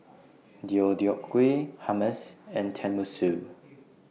Deodeok Gui Hummus and Tenmusu